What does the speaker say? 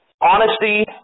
honesty